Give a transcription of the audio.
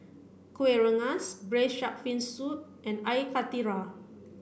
Kueh Rengas braised shark fin soup and Air Karthira